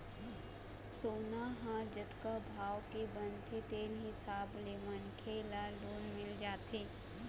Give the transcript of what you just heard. सोना ह जतका भाव के बनथे तेन हिसाब ले मनखे ल लोन मिल जाथे